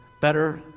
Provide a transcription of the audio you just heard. better